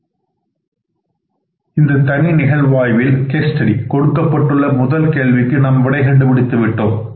இந்த தனி நிகழ்வாய்வில் கொடுக்கப்பட்டுள்ள முதல் கேள்விக்கு நாம் விடை கண்டுபிடித்து விட்டோம்